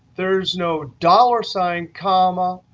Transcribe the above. there's no dollar sign, comma,